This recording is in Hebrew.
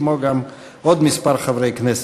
כמו עוד כמה חברי כנסת.